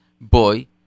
boy